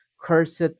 cursed